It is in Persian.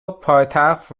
پایتخت